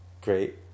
great